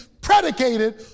predicated